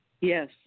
Yes